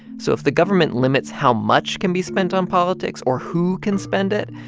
so if the government limits how much can be spent on politics or who can spend it,